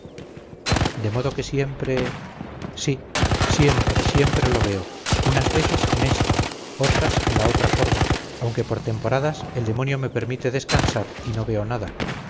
de modo que siempre sí siempre siempre lo veo unas veces en esta otras en la otra forma aunque por temporadas el demonio me permite descansar y no veo nada